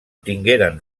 tingueren